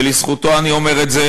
ולזכותו אני אומר את זה,